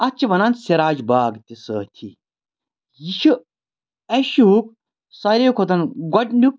اَتھ چھِ وَنان سِراج باغ تہِ سٲتھی یہِ چھُ ایشیاہُک ساروی کھۄتہٕ گۄڈٕنیُک